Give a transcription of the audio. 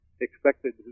expected